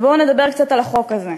בואו נדבר קצת על החוק הזה.